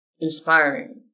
inspiring